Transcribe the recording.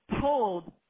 told